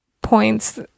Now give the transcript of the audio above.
points